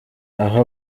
aho